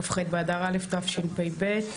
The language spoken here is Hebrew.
כ"ח באדר א' תשפ"ב,